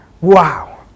Wow